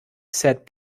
said